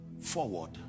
forward